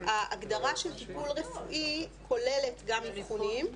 ההגדרה של טיפול רפואי כוללת גם אבחונים,